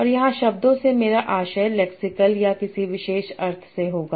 और यहाँ शब्दों से मेरा आशय लेक्सिकल या किसी विशेष अर्थ से होगा